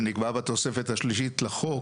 שנקבע בתוספת השלישית לחוק.